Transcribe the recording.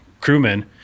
crewmen